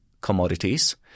commodities